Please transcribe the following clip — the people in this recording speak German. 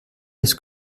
des